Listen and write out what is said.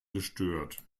gestört